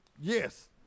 yes